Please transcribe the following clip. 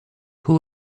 who